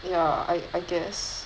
ya I I guess